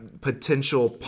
potential